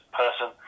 person